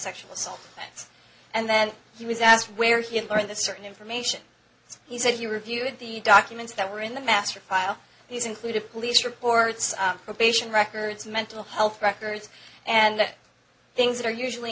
sexual assault and then he was asked where he learned the certain information he said he reviewed the documents that were in the master file these included police reports probation records mental health records and things that are usually